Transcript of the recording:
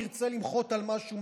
תרצה למחות על משהו,